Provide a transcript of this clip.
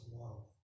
love